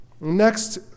Next